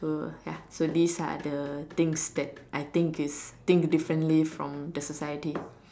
so ya so these are the things that I think that I think is think differently from the society